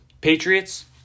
Patriots